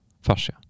fascia